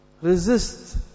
resist